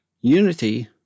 unity